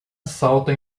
salta